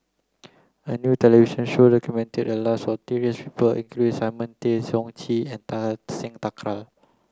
a new television show documented the lives of people including Simon Tay Seong Chee and Kartar Singh Thakral